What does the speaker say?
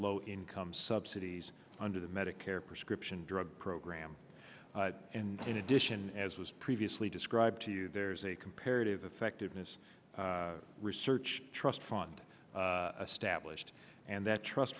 low income subsidies under the medicare prescription drug program and in addition as was previously described to you there's a comparative effectiveness research trust fund stablished and that trust